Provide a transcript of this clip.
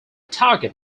target